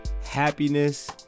Happiness